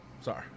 sorry